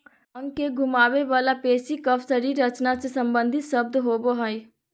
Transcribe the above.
अंग के घुमावे वला पेशी कफ शरीर रचना से सम्बंधित शब्द होबो हइ